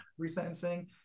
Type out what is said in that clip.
resentencing